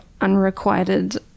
unrequited